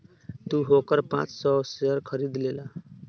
तू ओकर पाँच सौ शेयर खरीद लेला